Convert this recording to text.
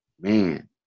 man